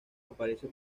aparece